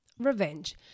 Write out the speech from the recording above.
Revenge